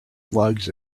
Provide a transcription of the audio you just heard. slugs